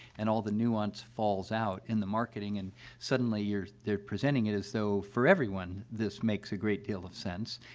and all the nuance falls out in the marketing. and suddenly, you're they're presenting it as though, for everyone, this makes a great deal of sense.